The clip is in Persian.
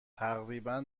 تقریبا